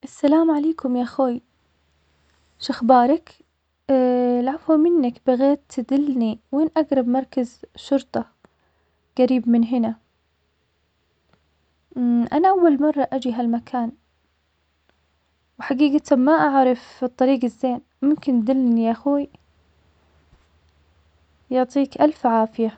السلام عليكم ياخوي, شخبارك؟ العفو منك بغيت تدلني, وين أقرب مركز شرطة قريب من هنا؟ أنا أول مرة أجي هالمكان وحقيقة ما أعرف المكان الزين, ممكن تدلني ياخوي؟ يعطيك ألف عافية.